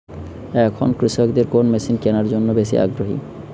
এখন কৃষকদের কোন মেশিন কেনার জন্য বেশি আগ্রহী?